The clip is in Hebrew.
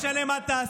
רון כץ, תודה.